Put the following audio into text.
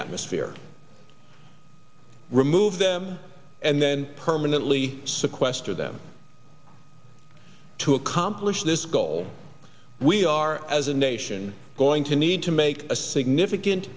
atmosphere remove them and then permanently sequester them to accomplish this goal we are as a nation going to need to make a significant